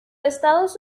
estados